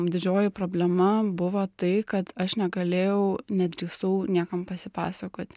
didžioji problema buvo tai kad aš negalėjau nedrįsau niekam pasipasakot